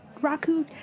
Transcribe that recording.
Raku